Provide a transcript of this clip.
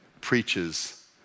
preaches